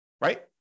right